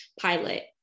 pilot